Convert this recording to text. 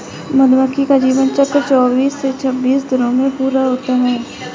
मधुमक्खी का जीवन चक्र चौबीस से छब्बीस दिनों में पूरा होता है